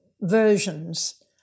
versions